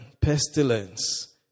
pestilence